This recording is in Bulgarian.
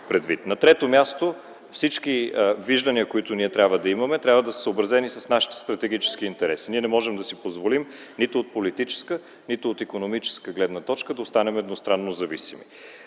На трето място, всички виждания, които трябва да имаме, трябва да са съобразени с нашите стратегически интереси. Ние не можем да си позволим нито от политическа, нито от икономическа гледна точка да останем едностранно зависими.